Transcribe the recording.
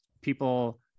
people